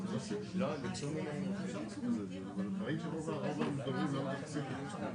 מהנדס כזה או אחר שאין לו שום קשר לנושא.